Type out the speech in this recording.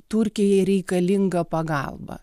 turkijai reikalinga pagalba